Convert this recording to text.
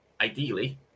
ideally